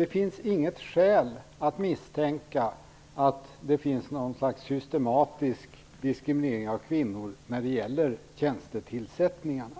Det finns inget skäl att misstänka att det finns något slags systematisk diskriminering av kvinnor när det gäller tjänstetillsättningarna.